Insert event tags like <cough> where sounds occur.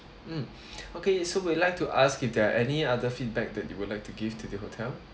mm <breath> okay so we like to ask if there are any other feedback that you would like to give to the hotel